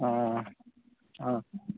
ହଁ ହଁ